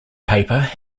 paper